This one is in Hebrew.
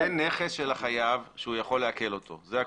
זה נכס של החייב שהוא יכול לעקל אותו, זה הכול.